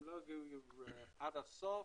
לא הגיעו עד הסוף,